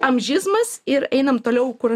amžizmas ir einam toliau kur